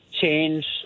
change